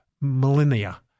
millennia